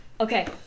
okay